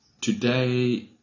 Today